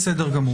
בסדר גמור.